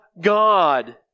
God